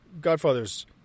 godfather's